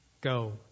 Go